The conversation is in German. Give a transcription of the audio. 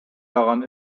daran